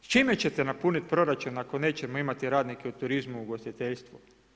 S čime ćete napunit proračun ako nećemo imati radnike u turizmu, u ugostiteljstvu?